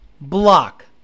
block